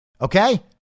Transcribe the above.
Okay